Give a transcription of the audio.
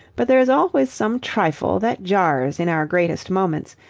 but there is always some trifle that jars in our greatest moments,